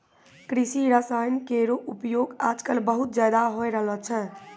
कृषि रसायन केरो उपयोग आजकल बहुत ज़्यादा होय रहलो छै